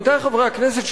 עמיתי חברי הכנסת,